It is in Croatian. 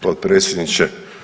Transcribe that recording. Potpredsjedniče.